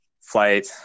flight